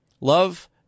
Love